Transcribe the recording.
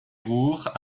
roure